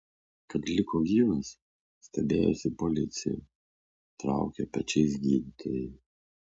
kad liko gyvas stebėjosi policija traukė pečiais gydytojai